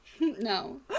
no